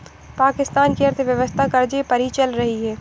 पाकिस्तान की अर्थव्यवस्था कर्ज़े पर ही चल रही है